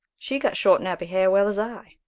she got short nappy har well as i,